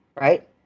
right